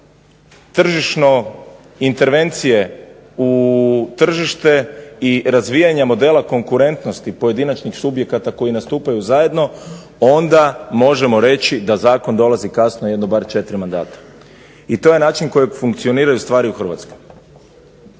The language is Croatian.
tržišno intervencije u tržište i razvijanja modela konkurentnosti pojedinačnih subjekata koji nastupaju zajedno onda možemo reći da zakon dolazi kasno jedno bar četiri mandata. I to je način na koji funkcioniraju stvari u Hrvatskoj.